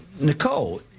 Nicole